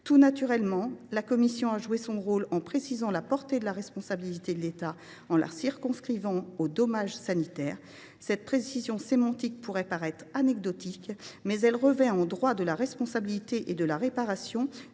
Tout naturellement, la commission joue son rôle en déposant un amendement tendant à préciser la portée de la responsabilité de l’État et à la circonscrire aux dommages sanitaires. Cette précision sémantique pourrait paraître anecdotique, mais elle revêt, en droit de la responsabilité et de la réparation,